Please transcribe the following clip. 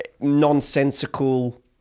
Nonsensical